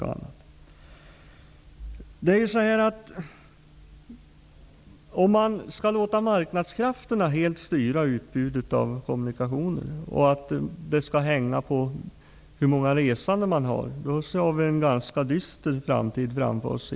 Om marknadskrafterna och antalet resande helt skall styra utbudet av kommunikationer, kan vi konstatera att vi i Norrland går en ganska dyster framtid till mötes.